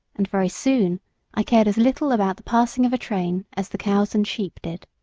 and very soon i cared as little about the passing of a train as the cows and sheep did.